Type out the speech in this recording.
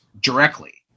directly